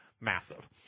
Massive